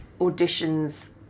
auditions